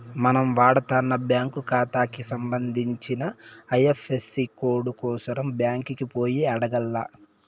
మనం వాడతన్న బ్యాంకు కాతాకి సంబంధించిన ఐఎఫ్ఎసీ కోడు కోసరం బ్యాంకికి పోయి అడగాల్ల